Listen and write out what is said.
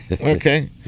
Okay